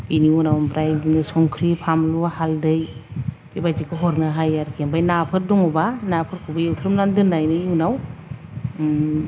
बिनि उनाव ओमफ्राय बिदिनो संख्रि फानलु हाल्दै बेबायदिखौ हरनो हायो आरोखि ओमफ्राय नाफोर दङोबा नाफोरखौबो एवथ्रमना दोन्नायनि उनाव